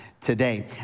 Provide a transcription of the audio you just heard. Today